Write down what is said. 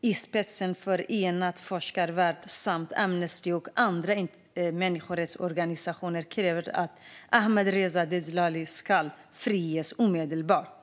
i spetsen för en enad forskarvärld samt Amnesty och andra människorättsorganisationer kräver att Ahmadreza Djalali ska friges omedelbart.